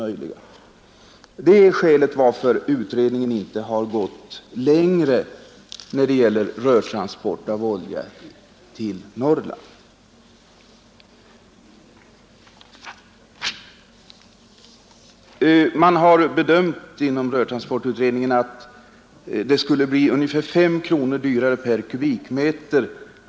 Detta är skälet till att utredningen inte har gått längre när det gäller rörtransport av olja till Norrland. Man har inom rörtransportutredningen bedömt att det skulle bli ungefär 5 kronor dyrare per m?